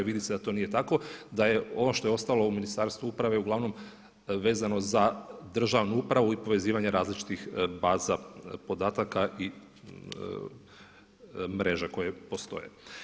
Vidi se da to nije tako, da je ono što je ostalo u Ministarstvu uprave uglavnom vezano za državnu upravu i povezivanje različitih baza podataka i mreža koje postoje.